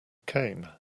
came